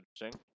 Interesting